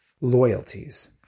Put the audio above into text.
loyalties